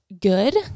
good